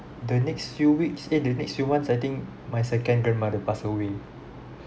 the next few weeks eh the next few months I think my second grandmother pass away